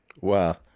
wow